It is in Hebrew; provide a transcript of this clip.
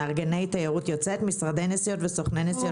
מארגני תיירות יוצאת, משרדי נסיעות וסוכני נסיעות.